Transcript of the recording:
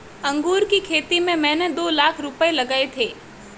अंगूर की खेती में मैंने दो लाख रुपए लगाए थे